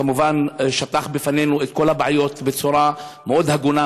וכמובן שטח לפנינו את כל הבעיות בצורה מאוד הגונה,